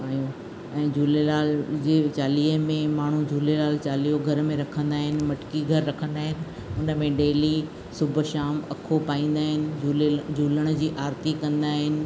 ऐं ऐं झूलेलाल जी चालीहे में माण्हू झूलेलाल चालीहो घर में रखंदा आहिनि मटकी घर रखंदा आहिनि हुन में डेली सुबुह शाम अखो पाईंदा आहिनि झूले झूलण जी आरिती कंदा आहिनि